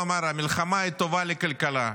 הוא אמר: המלחמה היא טובה לכלכלה.